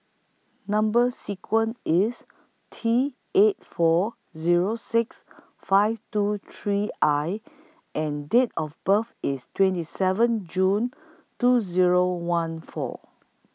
Number sequence IS T eight four Zero six five two three I and Date of birth IS twenty seven June two Zero one four